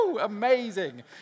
amazing